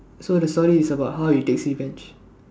so the story is about how he takes revenge